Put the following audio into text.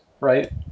right